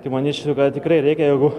kai manyčiau kad tikrai reikia jėgų